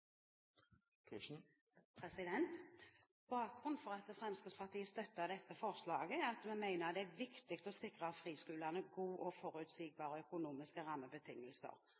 at vi mener det er viktig å sikre friskolene gode og forutsigbare økonomiske rammebetingelser,